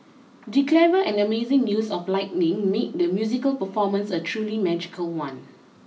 the clever and amazing use of lighting made the musical performance a truly magical one